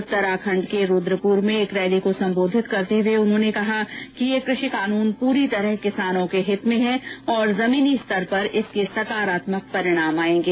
उत्तराखंड के रूद्रपुर में एक रैली को सम्बोधित करते हुए उन्होंने कहा कि यह कृषि कानून पूरी तरह किसानों के हित में है और जमीन स्तर पर इसके सकारात्मक परिणाम आयेंगे